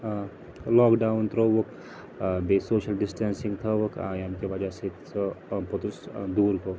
ٲٔں lockdown ترٛووُکھ ٲں بیٚیہِ سوشَل ڈِسٹیٚنسِنٛگ تھٲوٕکھ ٲں ییٚمہِ کہِ وَجہ سۭتۍ سُہ پوٚتُس ٲں دوٗر گوٚو